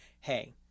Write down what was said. hey